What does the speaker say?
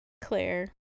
Claire